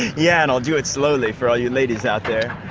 yeah, and i'll do it slowly for all you ladies out there.